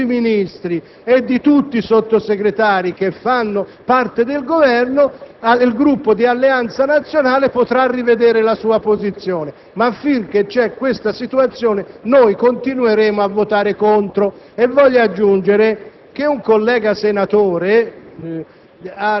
Quando vi saranno le dimissioni di tutti i Ministri e di tutti i Sottosegretari che fanno parte del Governo, il Gruppo di Alleanza Nazionale potrà rivedere la sua posizione. Finché si manterrà questa situazione, però, continueremo a votare contro. Desidero aggiungere